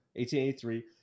1883